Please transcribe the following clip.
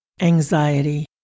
anxiety